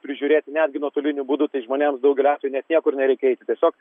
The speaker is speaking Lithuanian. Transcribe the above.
prižiūrėti netgi nuotoliniu būdu tai žmonėms daugeliu atvejų net niekur nereikia eiti tiesiog